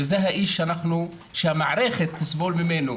וזה האיש שהמערכת תסבול ממנו,